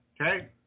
Okay